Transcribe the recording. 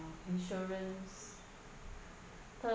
insurance te~